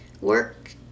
Work